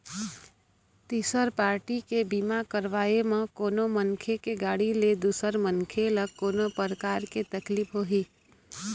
तिसर पारटी के बीमा करवाय म कोनो मनखे के गाड़ी ले दूसर मनखे ल कोनो परकार के तकलीफ होही